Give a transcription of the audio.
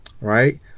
Right